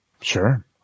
Sure